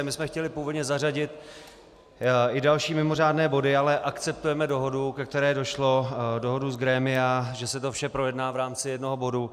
My jsme chtěli původně zařadit i další mimořádné body, ale akceptujeme dohodu, ke které došlo, dohodu z grémia, že se to vše projedná v rámci jednoho bodu.